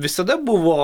visada buvo